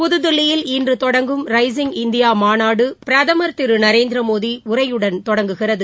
புதுதில்லியில் இன்று தொடங்கும் ரைசிங் இந்தியா மாநாடு பிரதம் திரு நரேந்திர மோடியின் உரையுடன் தொடங்குகிறது